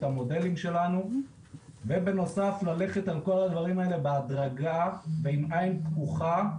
המודלים שלנו ובנוסף ללכת על כל הדברים האלה בהדרגה ועם עיין פקוחה,